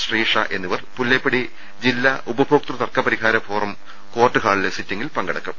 ശ്രീഷ എന്നിവർ പുല്ലേപ്പടി ജില്ലാ ഉപഭോക്തൃ തർക്ക പരി ഹാര ഫോറം കോർട്ട് ഹാളിലെ സിറ്റിംഗിൽ പങ്കെടുക്കും